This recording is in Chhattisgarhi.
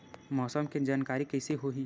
मौसम के जानकारी कइसे होही?